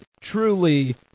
truly